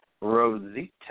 Rosita